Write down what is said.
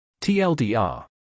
TLDR